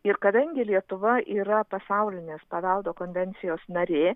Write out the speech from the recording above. ir kadangi lietuva yra pasaulinės paveldo konvencijos narė